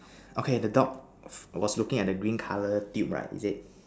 okay the dog was looking at the green colour tube right is it